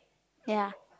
ya